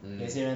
mm